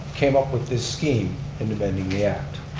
came up with this scheme in amending the act,